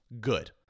Good